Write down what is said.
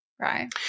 Right